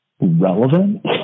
relevant